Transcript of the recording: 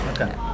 Okay